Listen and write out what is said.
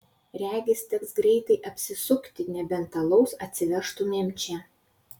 regis teks greitai apsisukti nebent alaus atsivežtumėm čia